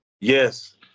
Yes